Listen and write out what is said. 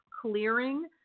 clearing